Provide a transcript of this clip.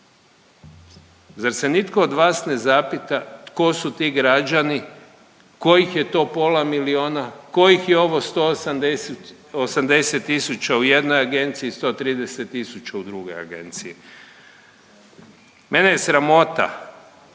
Zar se nitko od vas ne zapita tko su ti građani, kojih je to pola milijuna, kojih je ovo 180, 80 tisuća u jednoj agenciji, 130 tisuća u drugoj agenciji? Mene je sramota